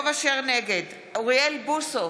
נגד אוריאל בוסו,